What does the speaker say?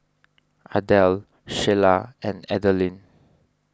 Ardelle Shayla and Adalynn